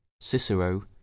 Cicero